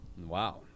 Wow